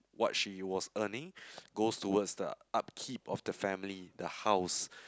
what she was earning goes towards the upkeep of the family the house